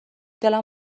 دلم